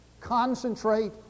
Concentrate